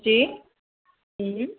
जी